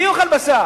מי אוכל בשר?